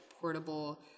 portable